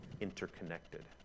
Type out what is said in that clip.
interconnected